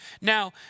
Now